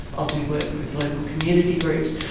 i'll do work with local community groups,